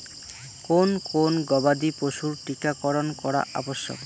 কোন কোন গবাদি পশুর টীকা করন করা আবশ্যক?